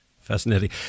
Fascinating